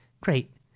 Great